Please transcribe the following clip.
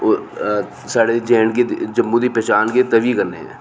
साढ़े J and K Jammu दी पन्छान गै तवी कन्नै ऐ